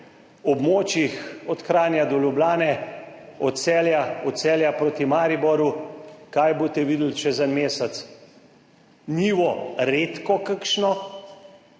območjih od Kranja do Ljubljane, od Celja, od Celja proti Mariboru, kaj boste videli čez en mesec? Njivo, redko kakšno,